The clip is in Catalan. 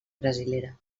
brasilera